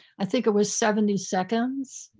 i think it was seventy seconds.